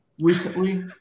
recently